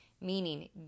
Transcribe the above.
Meaning